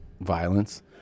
violence